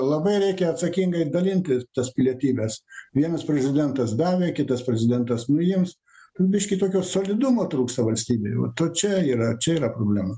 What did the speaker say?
labai reikia atsakingai dalinti tas pilietybes vienas prezidentas davė kitas prezidentas nuims biškį tokio solidumo trūksta valstybei vat va čia yra čia yra problema